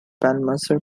palmerston